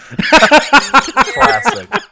Classic